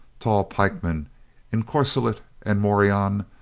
tall pikemen in corselet and morion,